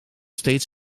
steeds